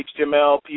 HTML